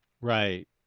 Right